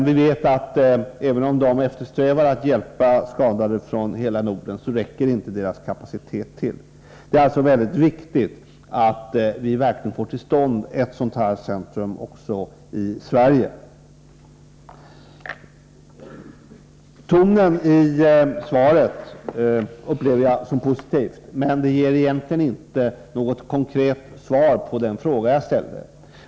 Vi vet att även om man där eftersträvar att hjälpa skadade från hela Norden, så räcker inte kapaciteten till. Det är alltså mycket viktigt att vi verkligen får till stånd ett sådant här centrum också i Sverige. Tonen i svaret uppfattar jag som positiv, men jag har egentligen inte fått något konkret svar på den fråga jag ställt.